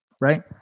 right